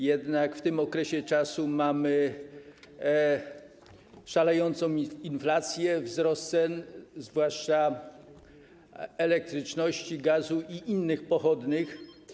Jednak w tym okresie mamy szalejącą inflację, wzrost cen, zwłaszcza elektryczności, gazu i innych pochodnych.